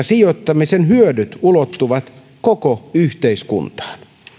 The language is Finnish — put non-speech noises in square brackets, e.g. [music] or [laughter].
[unintelligible] sijoittamisen hyödyt ulottuvat koko yhteiskuntaan